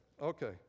Okay